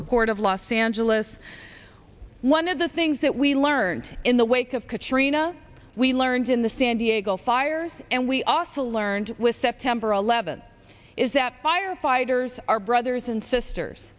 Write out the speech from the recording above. the port of los angeles one of the things that we learned in the wake of katrina we learned in the standee agle fire and we also learned with september eleventh is that firefighters are brothers and sisters